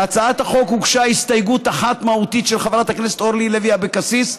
להצעת החוק הוגשה הסתייגות אחת מהותית של חברת הכנסת אורלי לוי אבקסיס.